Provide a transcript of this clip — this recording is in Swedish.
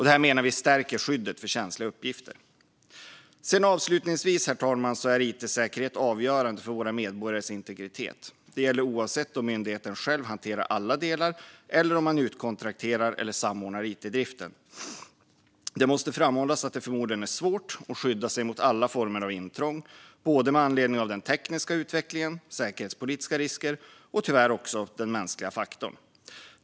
Detta menar vi stärker skyddet för känsliga uppgifter. Herr talman! Avslutningsvis är it-säkerhet avgörande för våra medborgares integritet. Det gäller oavsett om myndigheten själv hanterar alla delar eller om man utkontrakterar eller samordnar it-driften. Det måste framhållas att det förmodligen är svårt att skydda sig mot alla former av intrång, både med anledning av den tekniska utvecklingen, säkerhetspolitiska risker och tyvärr också den mänskliga faktorn.